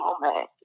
moment